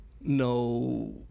no